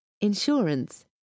insurance